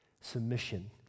submission